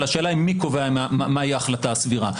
אלא השאלה היא מי קובע מה היא ההחלטה הסבירה.